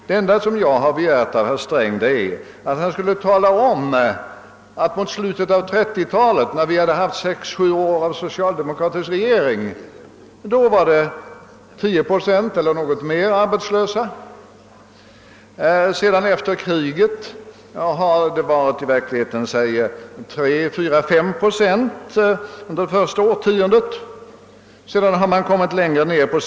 Det enda som jag har begärt av herr Sträng är att han skulle tala om att mot slutet av 1930-talet, när vi hade haft sex, sju år av socialdemokratiskt regerande, hade vi 10 procent arbetslösa eller något mer. Sedan har arbetslösheten i verkligheten varit lägst 3, snarare 4 eller 5 procent under det första årtiondet efter kriget. Därefter har man kommit längre ner på skalan.